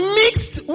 mixed